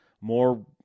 more